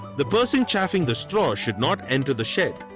the person chaf ng the straw should not enter the shed.